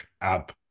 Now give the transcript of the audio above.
app